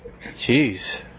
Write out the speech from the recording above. Jeez